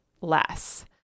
less